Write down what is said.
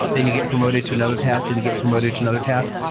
then you get promoted to another task, to to get promoted to another task,